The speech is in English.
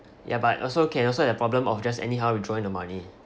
ya but also can also the problem of just anyhow withdrawing the money